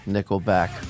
Nickelback